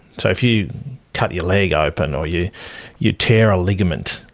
so if you cut your leg open or you you tear a ligament,